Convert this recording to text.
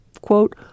quote